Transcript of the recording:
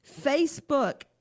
Facebook